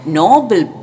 noble